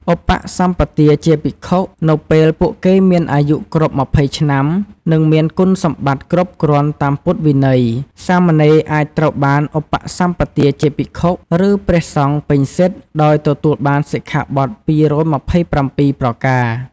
ឧបសម្បទាជាភិក្ខុ នៅពេលពួកគេមានអាយុគ្រប់ ២០ ឆ្នាំ និងមានគុណសម្បត្តិគ្រប់គ្រាន់តាមពុទ្ធវិន័យ សាមណេរអាចត្រូវបាន ឧបសម្បទាជាភិក្ខុ ឬព្រះសង្ឃពេញសិទ្ធិ ដោយទទួលបានសិក្ខាបទ ២២៧ ប្រការ។